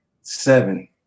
Seven